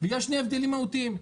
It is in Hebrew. בגלל שנהיו הבדלים מהותיים.